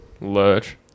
Lurch